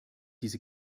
diese